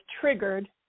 triggered